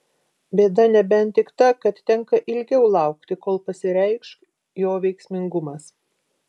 bėda nebent tik ta kad tenka ilgiau laukti kol pasireikš jo veiksmingumas